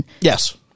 Yes